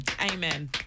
Amen